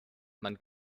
man